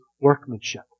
workmanship